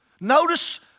Notice